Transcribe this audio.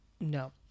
no